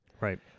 Right